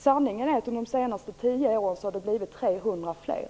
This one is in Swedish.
Sanningen är att det under de senaste tio åren har blivit 300 fler.